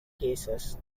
cases